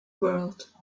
world